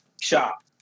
shop